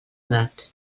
edat